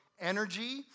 energy